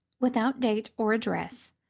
without date or address,